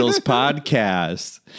podcast